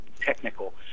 technical